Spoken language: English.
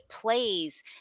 plays